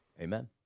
Amen